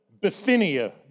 Bithynia